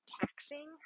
taxing